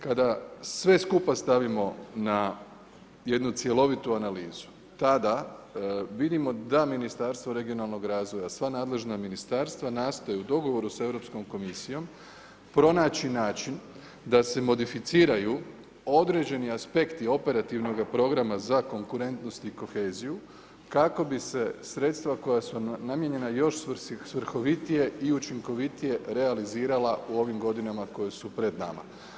Kada sve skupa stavimo na jednu cjelovitu analizu tada vidimo da Ministarstvo regionalnog razvoja sva nadležna ministarstva nastoje u dogovoru sa Europskom komisijom pronaći način da se modificiraju određeni aspekti operativnoga programa za konkurentnost i koheziju kako bi se sredstva koja su namijenjena još svrhovitije i učinkovitije realizirala u ovim godinama koje su pred nama.